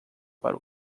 para